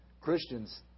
Christians